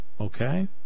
okay